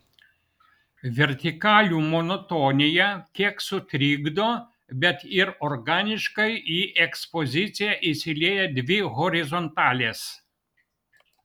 vertikalių monotoniją kiek sutrikdo bet ir organiškai į ekspoziciją įsilieja dvi horizontalės